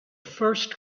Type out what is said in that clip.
first